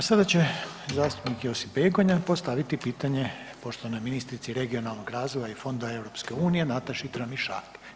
A sada će zastupnik Josip Begonja postaviti pitanje poštovanoj ministrici regionalnog razvoja i fonda EU Nataši Tramišak.